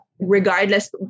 Regardless